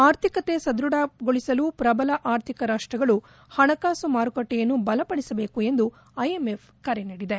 ಆರ್ಥಿಕತೆ ಸದ್ಬಢಗೊಳಸಲು ಪ್ರಬಲ ಆರ್ಥಿಕ ರಾಷ್ಷಗಳು ಹಣಕಾಸು ಮಾರುಕಟ್ಟೆಯನ್ನು ಬಲಪಡಿಸಬೇಕು ಎಂದು ಐಎಂಎಫ್ ಕರೆ ನೀಡಿದೆ